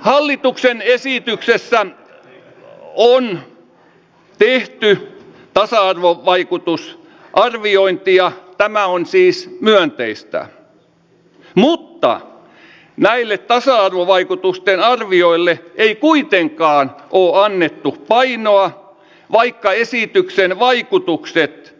hallituksen esityksessä on tehty tasa arvovaikutusarviointia tämä on siis myönteistä mutta näille tasa arvovaikutusten arvioille ei kuitenkaan ole annettu painoa vaikka esityksen vaikutukset